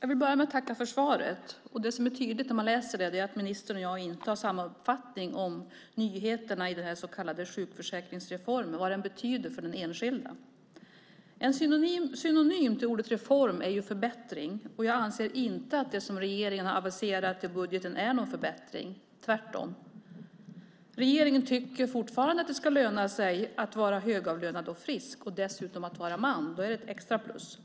Jag vill börja med att tacka för svaret. Det som är tydligt när man läser det är att ministern och jag inte har samma uppfattning om nyheterna i den så kallade sjukförsäkringsreformen och om vad den betyder för den enskilde. En synonym till ordet "reform" är ordet "förbättring". Jag anser inte att det som regeringen aviserat i budgeten är någon förbättring - tvärtom! Regeringen tycker fortfarande att det ska löna sig att vara högavlönad och frisk. Att dessutom vara man är ett extra plus.